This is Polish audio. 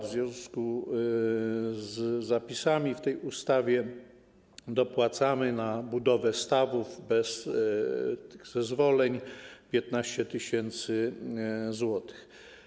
W związku z zapisami w tej ustawie dopłacamy do budowy stawów bez zezwoleń 15 tys. zł.